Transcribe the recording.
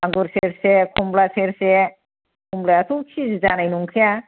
आंगुर सेरसे कमला सेरसे कमलायाथ' किजि जानाय नंखाया